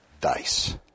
dice